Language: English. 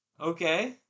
Okay